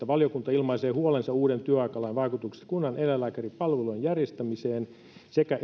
valiokunta ilmaisee huolensa uuden työaikalain vaikutuksista kunnaneläinlääkäripalvelujen järjestämiseen sekä